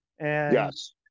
Yes